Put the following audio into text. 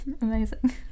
amazing